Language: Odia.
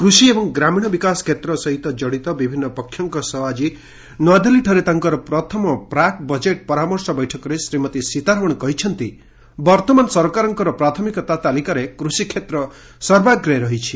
କୃଷି ଏବଂ ଗ୍ରାମୀଣ ବିକାଶ କ୍ଷେତ୍ର ସହିତ କଡିତ ବିଭିନ୍ନ ପକ୍ଷଙ୍କ ସହ ଆକି ନୂଆଦିଲ୍ଲୀଠାରେ ତାଙ୍କ ପ୍ରଥମ ପ୍ରାକ୍ ବଜେଟ୍ ପରାମର୍ଶ ବୈଠକରେ ଶ୍ରୀମତୀ ସୀତାରମଣ କହିଛନ୍ତି ବର୍ତ୍ତମାନ ସରକାରଙ୍କର ପ୍ରାଥମିକତା ତାଲିକାରେ କୃଷିକ୍ଷେତ୍ର ସର୍ବାଗ୍ରେ ରହିଛି